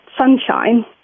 sunshine